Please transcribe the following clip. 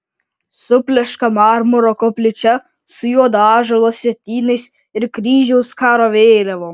supleška marmuro koplyčia su juodo ąžuolo sietynais ir kryžiaus karo vėliavom